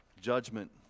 Judgment